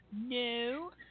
No